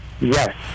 Yes